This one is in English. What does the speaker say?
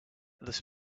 this